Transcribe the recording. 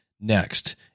next